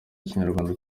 kinyarwanda